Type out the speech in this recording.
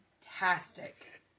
fantastic